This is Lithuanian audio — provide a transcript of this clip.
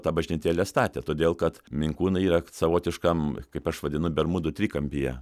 tą bažnytėlę statė todėl kad minkūnai yra savotiškam kaip aš vadinu bermudų trikampyje